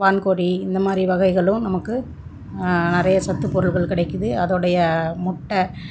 வான்கோழி இந்தமாதிரி வகைகளும் நமக்கு நிறைய சத்து பொருட்கள் கிடைக்குது அதோடய முட்டை